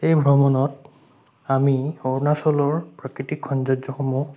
সেই ভ্ৰমণত আমি অৰুণাচলৰ প্ৰাকৃতিক সৌন্দৰ্যসমূহ